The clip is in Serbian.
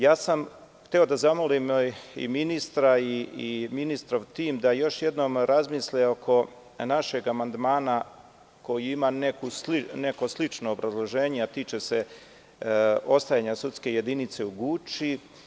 Hteo sam da zamolim i ministra i njegov tim da još jednom razmisle oko našeg amandmana koji ima neko slično obrazloženje, a tiče se ostajanja sudske jedinice u Guči.